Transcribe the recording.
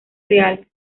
reales